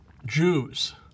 Jews